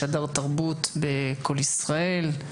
שדר תרבות בקול ישראל,